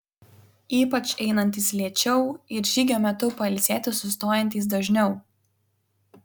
ypač einantys lėčiau ir žygio metu pailsėti sustojantys dažniau